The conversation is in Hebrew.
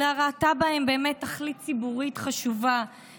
אלא ראתה בהם באמת תכלית ציבורית חשובה,